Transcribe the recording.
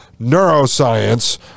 neuroscience